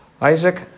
Isaac